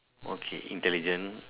okay intelligent